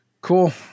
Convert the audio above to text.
Cool